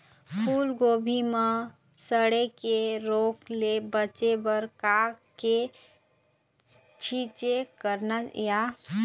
फूलगोभी म सड़े के रोग ले बचे बर का के छींचे करना ये?